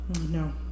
No